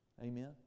Amen